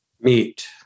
meet